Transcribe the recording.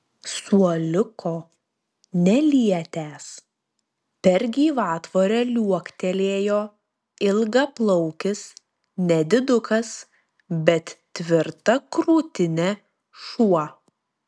suoliuko nelietęs per gyvatvorę liuoktelėjo ilgaplaukis nedidukas bet tvirta krūtine šuo